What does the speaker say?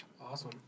Awesome